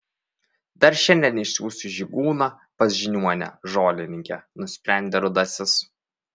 dar šiandien išsiųsiu žygūną pas žiniuonę žolininkę nusprendė rudasis